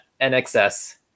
nxs